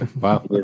Wow